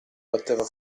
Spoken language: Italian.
batteva